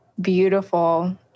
beautiful